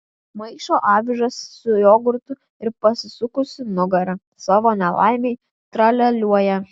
maišo avižas su jogurtu ir pasisukusi nugara savo nelaimei tralialiuoja